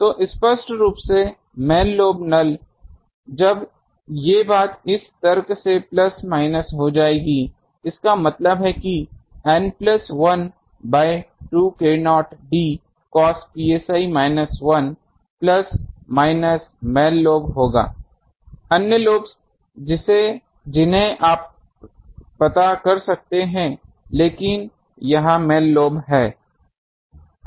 तो स्पष्ट रूप से मेन लोब नल जब ये बात इस तर्क से प्लस माइनस हो जाएगी इसका मतलब है कि n plus 1 by 2 k0 d cos psi minus 1 plus minus main lobe होगा अन्य लोब्स जिन्हें आप पता कर सकते हैं लेकिन यह मेन लोब्स है